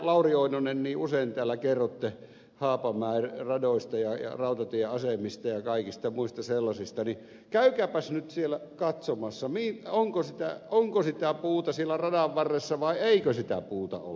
lauri oinonen niin usein täällä kerrotte haapamäen radoista ja rautatieasemista ja kaikista muista sellaisista niin käykääpäs nyt siellä katsomassa onko sitä puuta siellä radanvarressa vai eikö sitä puuta ole